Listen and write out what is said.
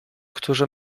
którzy